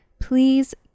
please